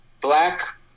black